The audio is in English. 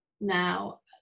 now